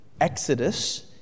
exodus